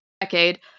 decade